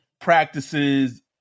Practices